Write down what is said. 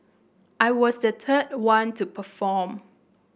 I was the third one to perform